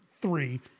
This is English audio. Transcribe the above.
three